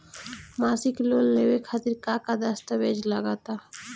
मसीक लोन लेवे खातिर का का दास्तावेज लग ता?